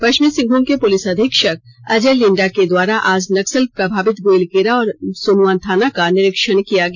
पश्चिमी सिंहभूम के पुलिस अधीक्षक अजय लिंडा के द्वारा आज नक्सल प्रभावित गोइलकेरा और सोनुवा थाना का निरीक्षण किया गया